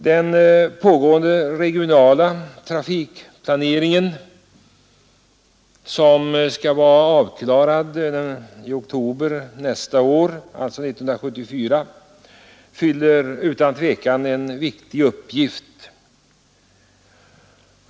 Den pågående regionala trafikplaneringen, som skall vara avklarad i oktober nästa år, alltså 1974, fyller utan tvekan en viktig uppgift.